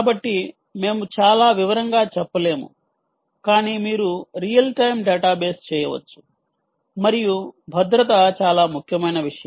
కాబట్టి మేము చాలా వివరంగా చెప్పలేము కానీ మీరు రియల్ టైమ్ డేటాబేస్ చేయవచ్చు మరియు భద్రత చాలా ముఖ్యమైన విషయం